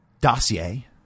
dossier